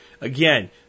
Again